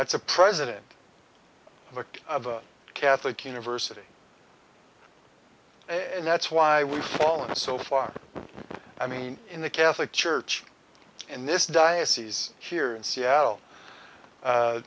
that's a president of a catholic university and that's why we've fallen so far i mean in the catholic church in this diocese here in seattle